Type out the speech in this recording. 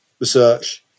research